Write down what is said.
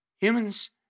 Humans